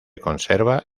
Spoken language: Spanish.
conserva